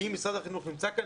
אם משרד החינוך נמצא כאן,